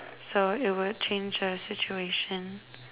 so it would change the situation